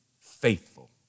faithful